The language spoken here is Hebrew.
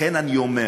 לכן אני אומר,